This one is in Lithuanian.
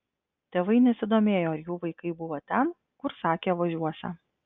tėvai nesidomėjo ar jų vaikai buvo ten kur sakė važiuosią